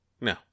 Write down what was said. No